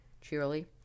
Cheerily